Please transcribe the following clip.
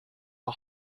are